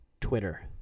Twitter